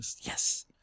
Yes